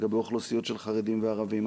לגבי אוכלוסיות של חרדים וערבים.